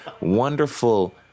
wonderful